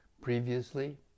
Previously